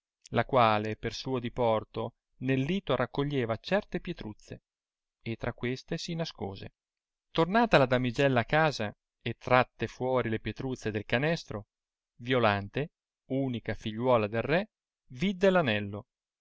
la quale per suo diporto nel lito raccoglieva certe pietruzze e tra queste si nascose tornata la damigella a casa e tratte fuori le pietruzze del canestro violante unica figliuola del re vidde